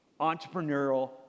entrepreneurial